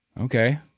Okay